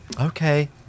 Okay